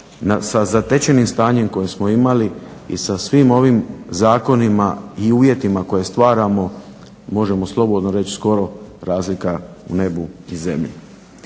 sa zatečenim stanjem kojim smo imali i sa svim ovim zakonima i uvjetima koje stvaramo možemo slobodno reći skoro razlika u nebu i zemlji.